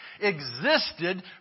existed